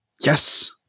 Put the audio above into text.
Yes